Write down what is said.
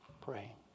pray